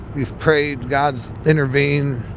you've prayed. god's intervened.